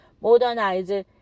modernize